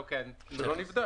עד (29)